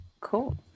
Cool